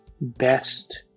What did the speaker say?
best